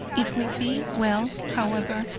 it will be well, however,